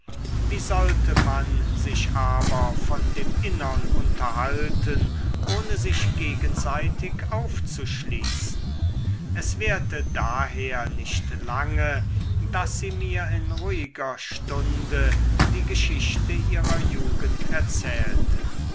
wie wollte man sich aber von dem innern unterhalten ohne sich gegenseitig aufzuschließen es währte daher nicht lange daß sie mir in ruhiger stunde die geschichte ihrer jugend erzählte